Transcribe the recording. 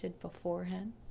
beforehand